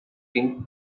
king